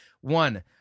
One